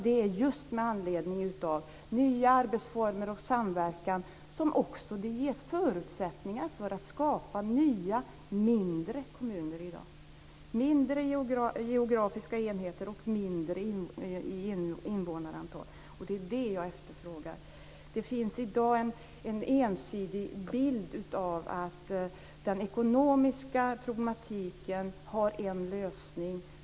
Det är just med anledning av nya arbetsformer och samverkan som det ges förutsättningar att skapa nya, mindre kommuner i dag. Mindre geografiska enheter och lägre invånarantal är det jag efterfrågar. Det finns i dag en ensidig bild av den ekonomiska problematikens lösning.